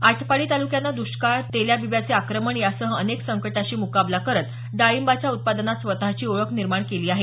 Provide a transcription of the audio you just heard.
आटपाडी ताल्क्यानं दष्काळ तेल्या बिब्याचे आक्रमण यासह अनेक संकटाशी म्काबला करत डाळिंबाच्या उत्पादनात स्वतःची ओळख निर्माण केली आहे